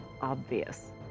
obvious